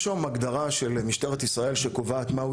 יש היום הגדרה של משטרת ישראל שקובעת מהו